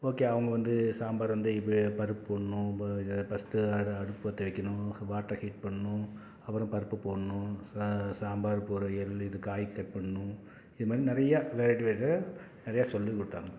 okay அவங்க வந்து சாம்பார் வந்து இப்படி பருப்பு போடணும் ஃபர்ஸ்ட்டு அ அடுப்பு பற்ற வைக்கணும் வாட்டர ஹீட் பண்ணும் அப்புறம் பருப்பு போடணும் சாம்பார் பொரியல் இது காய் கட் பண்ணும் இது மாதிரி நிறைய வெரைட்டி வெரைட்டியாக நிறையா சொல்லிக் கொடுத்தாங்க